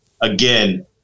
again